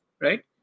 right